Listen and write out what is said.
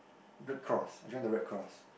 red cross I join the red cross